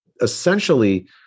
essentially